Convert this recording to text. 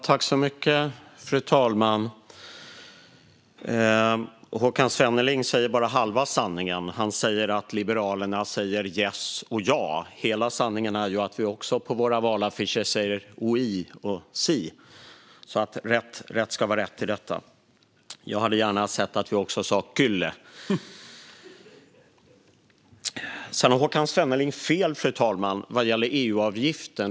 Fru talman! Håkan Svenneling säger bara halva sanningen. Han säger att Liberalerna säger yes och ja, men hela sanningen är att vi på våra valaffischer också säger oui och sí. Rätt ska vara rätt i detta. Jag hade gärna sett att vi också sa kyllä. Sedan har Håkan Svenneling fel vad gäller EU-avgiften.